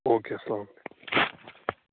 او کے اسلام وعلیکُم